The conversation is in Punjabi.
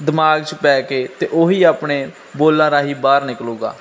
ਦਿਮਾਗ 'ਚ ਪੈ ਕੇ ਅਤੇ ਉਹਹੀ ਆਪਣੇ ਬੋਲਾਂ ਰਾਹੀਂ ਬਾਹਰ ਨਿਕਲੇਗਾ